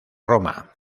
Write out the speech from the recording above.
roma